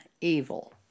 evil